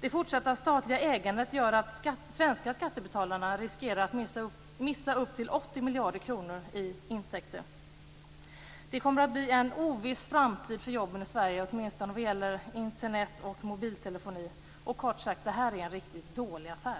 Det fortsatta statliga ägandet gör att svenska skattebetalare riskerar att missa upp till 80 miljarder kronor i intäkter. Det kommer att bli en oviss framtid för jobben i Sverige, åtminstone när det gäller Internet och mobiltelefoni. Kort sagt: Detta är en riktigt dålig affär.